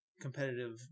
competitive